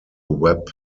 web